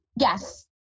Yes